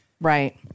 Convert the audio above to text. Right